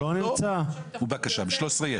בבקשה.